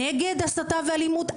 נגד הסתה ואלימות?